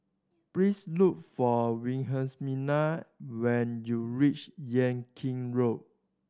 please look for Wilhelmina when you reach Yan Kit Road